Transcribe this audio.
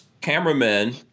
cameramen